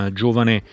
giovane